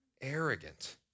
arrogant